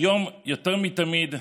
היום, יותר מתמיד,